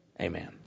Amen